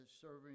serving